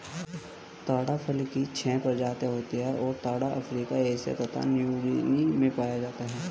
ताड़ फल की छह प्रजातियाँ होती हैं और ताड़ अफ्रीका एशिया तथा न्यूगीनी में पाया जाता है